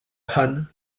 han